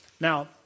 Now